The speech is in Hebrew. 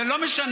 זה לא משנה.